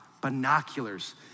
binoculars